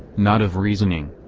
not of reasoning.